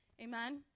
Amen